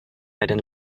jeden